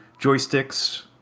joysticks